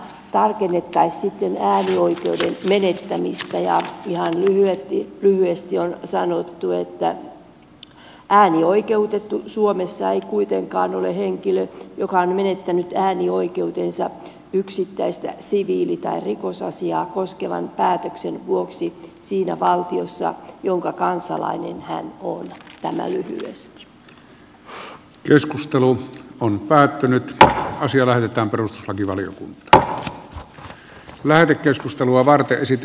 toisena tarkennettaisiin sitten äänioikeuden menettämistä ja ihan lyhyesti on sanottu että äänioikeutettu suomessa ei kuitenkaan ole henkilö joka on menettänyt äänioikeutensa yksittäistä siviili tai rikosasiaa koskevan päätöksen vuoksi siinä valtiossa jonka kansalainen hän on päättynyt tälle asialle mitään perustuslakivaliokunta lähetekeskustelua varten sitä